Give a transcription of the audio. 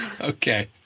Okay